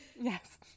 Yes